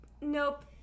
nope